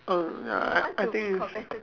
err ya I I think is